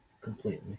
completely